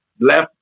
left